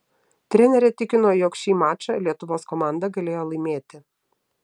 trenerė tikino jog šį mačą lietuvos komanda galėjo laimėti